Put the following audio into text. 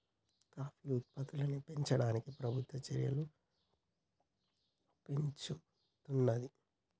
coffee ఉత్పత్తుల్ని పెంచడానికి ప్రభుత్వం చెర్యలు పెంచుతానంది